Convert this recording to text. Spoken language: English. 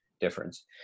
difference